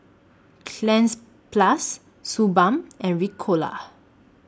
Cleanz Plus Suu Balm and Ricola